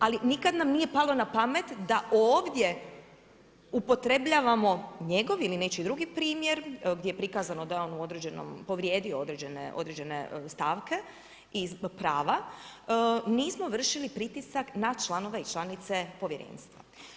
Ali nikad nam nije palo na pamet da ovdje upotrebljavamo njegov ili nečiji drugi primjer, gdje je prikazano da je on u određenom povrijedio određene stavke i prava nismo vršili pritisak na članove i članice povjerenstva.